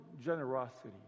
generosity